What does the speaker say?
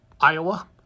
iowa